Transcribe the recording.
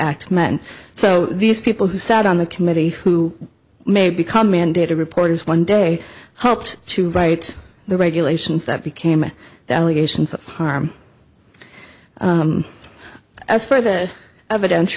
x men so these people who sat on the committee who may become mandated reporters one day hoped to write the regulations that became the allegations of harm as for the evidence